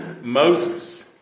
Moses